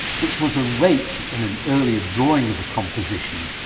which was a rake in an early and drawing of the composition,